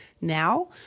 now